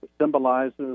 symbolizes